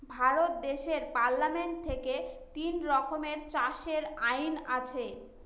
ভারত দেশের পার্লামেন্ট থেকে তিন রকমের চাষের আইন আছে